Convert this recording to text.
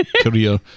career